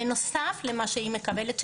בנוסף למה שהיא מקבלת,